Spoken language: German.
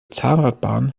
zahnradbahn